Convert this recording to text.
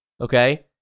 okay